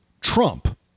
Trump